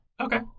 Okay